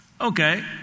Okay